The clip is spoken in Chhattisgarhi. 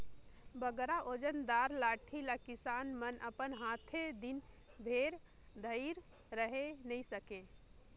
बगरा ओजन दार लाठी ल किसान मन अपन हाथे दिन भेर धइर रहें नी सके